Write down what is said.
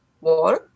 wall